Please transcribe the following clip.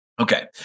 Okay